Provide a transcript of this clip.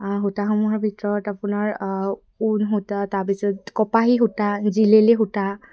সূতাসমূহৰ ভিতৰত আপোনাৰ ঊন সূতা তাৰপিছত কপাহী সূতা জিলেলী সূতা